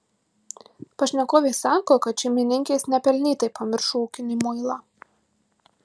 pašnekovė sako kad šeimininkės nepelnytai pamiršo ūkinį muilą